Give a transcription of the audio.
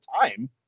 time